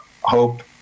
hope